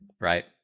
Right